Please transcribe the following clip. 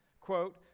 quote